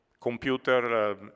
computer